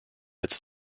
its